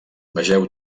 vegeu